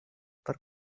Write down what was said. per